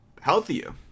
healthier